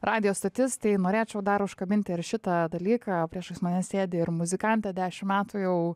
radijo stotis tai norėčiau dar užkabinti ir šitą dalyką priešais mane sėdi ir muzikantė dešim metų jau